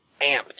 amped